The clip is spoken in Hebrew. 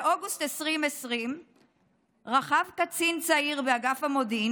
באוגוסט 2020 רכב קצין צעיר באגף המודיעין